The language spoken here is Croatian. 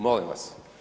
Molim vas.